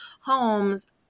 homes